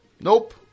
Nope